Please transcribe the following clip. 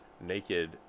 naked